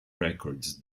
records